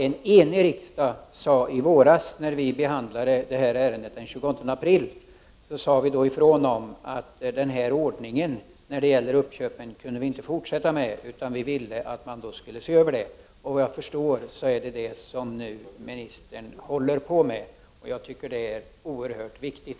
En enig riksdag uttalade den 28 april när ärendet behandlades att den ordning som för närvarande gäller beträffande uppköpen inte kan fortsätta. Riksdagen begärde att det hela skulle ses över. Såvitt jag förstår är det detta som ministern håller på med. Jag tycker att det är oerhört viktigt.